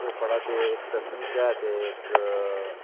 निक्के भ्रा दा बी ब्याह् होई गे दा ऐ ते मेरा बी ब्याह् होई गे दा ऐ